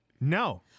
No